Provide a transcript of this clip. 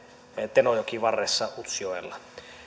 tenojokivarressa utsjoella